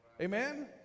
Amen